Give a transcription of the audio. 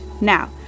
Now